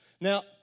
Now